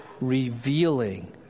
revealing